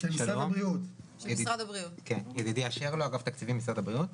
שלום, ידידיה שרלו, אגף התקציבים במשרד הבריאות.